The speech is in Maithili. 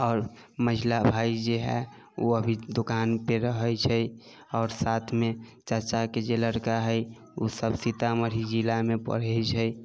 आओर मझिला भाइ जे हइ ओ अभी दोकान पे रहैत छै आओर साथमे चाचाके जे लड़का हइ ओ सब सीतामढ़ी जिलामे पढ़ैत छै